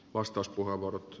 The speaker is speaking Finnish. vastauspuheenvuorot